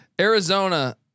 Arizona